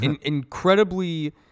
incredibly